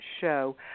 show